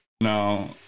Now